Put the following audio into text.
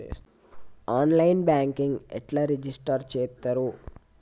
On line banking ఎట్లా register చేత్తరు?